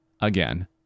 Again